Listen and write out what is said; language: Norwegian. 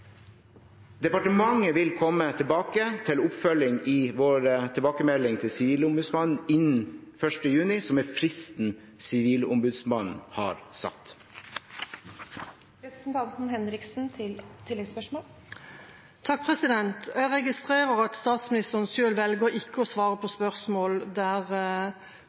Departementet vil komme tilbake til oppfølgingen i sin tilbakemelding til Sivilombudsmannen innen 1. juni, som er fristen Sivilombudsmannen har satt. Jeg registrerer at statsministeren velger å ikke selv svare på spørsmål der